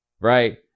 right